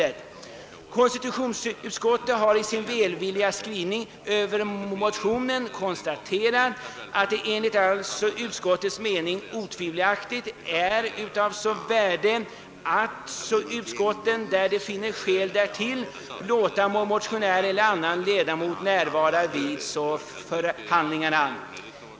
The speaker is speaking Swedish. Det heter i konstitutionsutskottets välvilliga skrivning över motionen, att enligt utskottets mening är det »otvivelaktigt av värde, att utskotten kan, där de finner skäl därtill, låta en motionär eller annan ledamot närvara vid förhandlingarna».